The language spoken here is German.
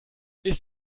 ist